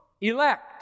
elect